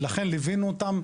ולכן ליווינו אותם,